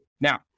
Now